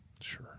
Sure